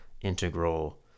integral